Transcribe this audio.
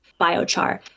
biochar